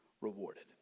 rewarded